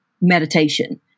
meditation